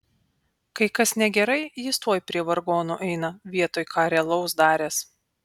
kai kas negerai jis tuoj prie vargonų eina vietoj ką realaus daręs